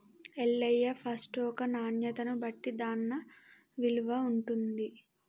Ellaiah first ఒక నాణ్యతను బట్టి దాన్న విలువ ఉంటుంది